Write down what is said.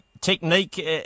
Technique